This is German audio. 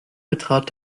betrat